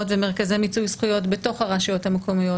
ומרכזי מיצוי זכויות בתוך הרשויות המקומיות.